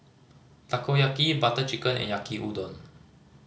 Takoyaki Butter Chicken and Yaki Udon